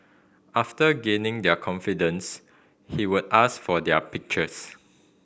after gaining their confidence he would ask for their pictures